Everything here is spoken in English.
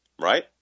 right